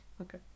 Okay